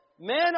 Men